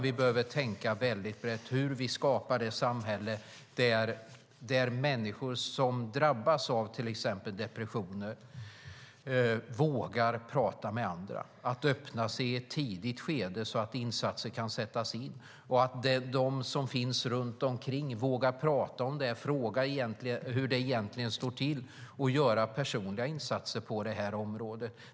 Vi behöver tänka väldigt brett när det gäller hur vi kan skapa ett samhälle där människor som drabbas av till exempel depressioner vågar prata med andra och öppna sig i ett tidigt skede så att insatser kan sättas in och ett samhälle där de som finns runt omkring vågar prata om det, fråga hur det står till och göra personliga insatser på det här området.